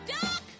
Duck